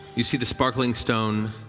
you see the sparkling stone